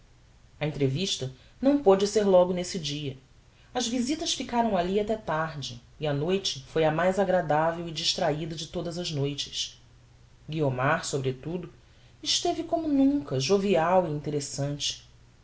a entrevista não pode ser logo nesse dia as visitas ficaram alli até tarde e a noite foi a mais agradavel e distrahida de todas as noites guiomar sobretudo esteve como nunca jovial e interessante